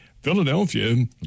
Philadelphia